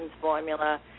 formula